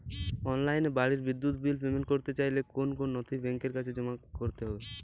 অনলাইনে বাড়ির বিদ্যুৎ বিল পেমেন্ট করতে চাইলে কোন কোন নথি ব্যাংকের কাছে জমা করতে হবে?